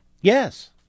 Yes